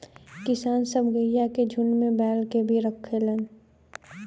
किसान सब गइया के झुण्ड में बैल के भी रखेलन